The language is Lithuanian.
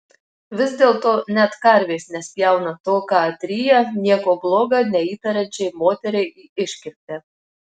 vis dėlto net karvės nespjauna to ką atryja nieko bloga neįtariančiai moteriai į iškirptę